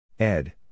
Ed